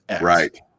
right